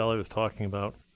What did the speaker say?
lavalley was talking about,